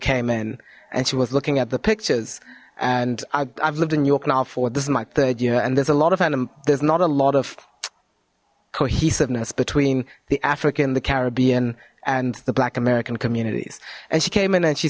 came in and she was looking at the pictures and i've lived in new york now for this is my third year and there's a lot of enim there's not a lot of cohesiveness between the african the caribbean and the black american communities and she came in and she